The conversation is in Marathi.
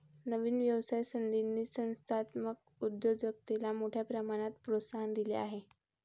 नवीन व्यवसाय संधींनी संस्थात्मक उद्योजकतेला मोठ्या प्रमाणात प्रोत्साहन दिले आहे